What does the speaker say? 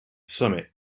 summit